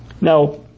Now